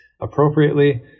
appropriately